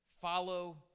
Follow